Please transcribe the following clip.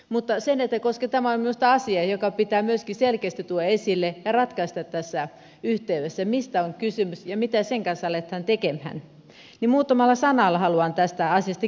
mutta koska tämä on minusta asia joka pitää myöskin selkeästi tuoda esille ja ratkaista tässä yhteydessä mistä on kysymys ja mitä sen kanssa aletaan tekemään niin muutamalla sanalla haluan tästä asiasta kertoa